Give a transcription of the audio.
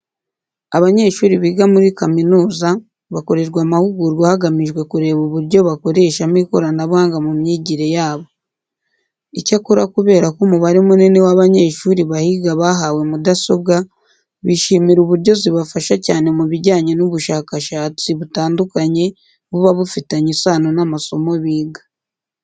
Abanyeshuri biga muri kaminuza bakorerwa amahugurwa hagamijwe kureba uburyo bakoreshamo ikoranabuhanga mu myigire yabo. Icyakora kubera ko umubare munini w'abanyeshuri bahiga bahawe mudasobwa, bishimira uburyo zibafasha cyane mu bijyanye n'ubushakashatsi butandukanye buba bufitanye isano n'amasomo biga.